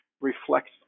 reflect